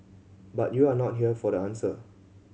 but you're not here for the answer